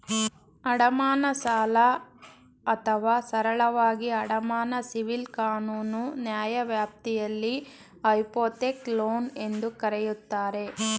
ಅಡಮಾನ ಸಾಲ ಅಥವಾ ಸರಳವಾಗಿ ಅಡಮಾನ ಸಿವಿಲ್ ಕಾನೂನು ನ್ಯಾಯವ್ಯಾಪ್ತಿಯಲ್ಲಿ ಹೈಪೋಥೆಕ್ ಲೋನ್ ಎಂದೂ ಕರೆಯುತ್ತಾರೆ